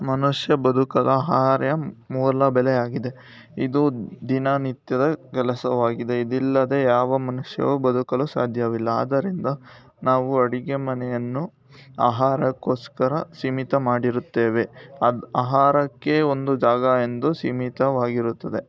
ಮನುಷ್ಯ ಬದುಕಲು ಆಹಾರ ಮೂಲ ಬೆಲೆಯಾಗಿದೆ ಇದು ದಿನನಿತ್ಯದ ಕೆಲಸವಾಗಿದೆ ಇದಿಲ್ಲದೆ ಯಾವ ಮನುಷ್ಯನೂ ಬದುಕಲು ಸಾಧ್ಯವಿಲ್ಲ ಆದ್ದರಿಂದ ನಾವು ಅಡುಗೆ ಮನೆಯನ್ನು ಆಹಾರಕ್ಕೋಸ್ಕರ ಸೀಮಿತ ಮಾಡಿರುತ್ತೇವೆ ಅದು ಆಹಾರಕ್ಕೇ ಒಂದು ಜಾಗ ಎಂದು ಸೀಮಿತವಾಗಿರುತ್ತದೆ